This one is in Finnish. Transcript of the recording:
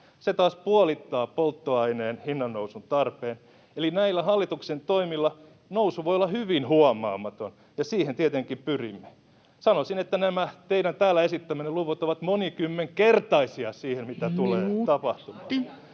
Se taas puolittaa polttoaineen hinnannousun tarpeen, eli näillä hallituksen toimilla nousu voi olla hyvin huomaamaton, ja siihen tietenkin pyrimme. Sanoisin, että nämä teidän täällä esittämänne luvut ovat monikymmenkertaisia siihen, mitä tulee tapahtumaan,